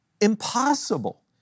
impossible